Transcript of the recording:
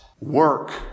Work